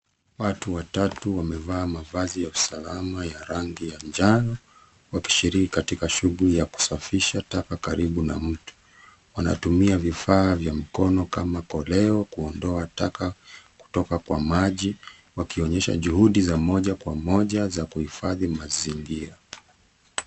Watu watatu wamevaa mavazi ya usalama ya rangi ya njano, wakishiriki katika shughuli ya kusafisha taka karibu na mto. Wanatumia vifaa vya mkono kama koleo kuondoa taka kutoka kwa maji, wakionyesha juhudi za moja kwa moja za kuhifadhi mazingira.